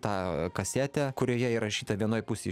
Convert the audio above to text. tą kasetę kurioje įrašyta vienoj pusėj